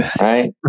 Right